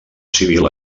civil